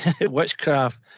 Witchcraft